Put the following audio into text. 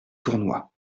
tournois